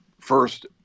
first